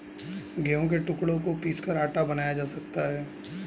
गेहूं के टुकड़ों को पीसकर आटा बनाया जा सकता है